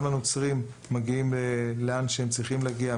גם הנוצרים מגיעים לאן שהם צריכים להגיע,